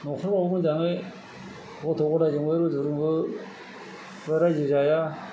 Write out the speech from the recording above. न'खरावबो मोजाङै गथ' गथाइजोंबो रुजु रुमु ज' रायजो जाया